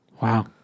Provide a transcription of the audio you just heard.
Wow